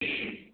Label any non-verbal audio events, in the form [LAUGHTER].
[UNINTELLIGIBLE]